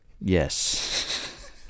Yes